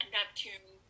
Neptune